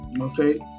Okay